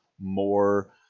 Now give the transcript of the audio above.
more